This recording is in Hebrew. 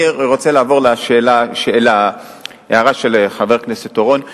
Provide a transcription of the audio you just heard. אני רוצה לעבור להערה של חבר הכנסת אורון.